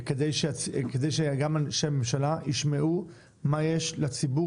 כדי שגם אנשי הממשלה ישמעו מה יש לציבור